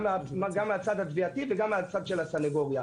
גם מהצד של התביעה וגם מהצד של הסנגוריה.